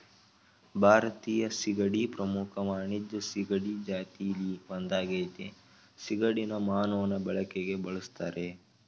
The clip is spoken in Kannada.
ಭಾರತೀಯ ಸೀಗಡಿ ಪ್ರಮುಖ ವಾಣಿಜ್ಯ ಸೀಗಡಿ ಜಾತಿಲಿ ಒಂದಾಗಯ್ತೆ ಸಿಗಡಿನ ಮಾನವ ಬಳಕೆಗೆ ಬಳುಸ್ತರೆ